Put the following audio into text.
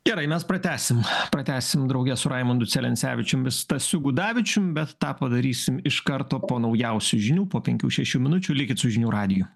gerai mes pratęsim pratęsim drauge su raimundu celencevičium stasiu gudavičium bet tą padarysim iš karto po naujausių žinių po penkių šešių minučių likit su žinių radiju